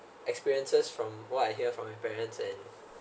experiences from what I hear from my parents and